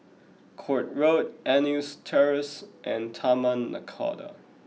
Court Road Eunos Terrace and Taman Nakhoda